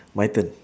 my turn